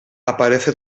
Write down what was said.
aparece